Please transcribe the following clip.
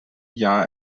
jahr